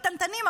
הקטנטנים,